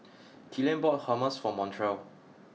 Killian bought Hummus for Montrell